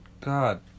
God